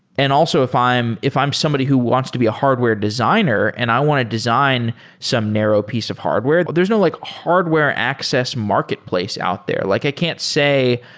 and also, if i'm if i'm somebody who wants to be a hardware designer and i want to design some narrow piece of hardware, there's no like hardware access marketplace out there. like i can't say,